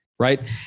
Right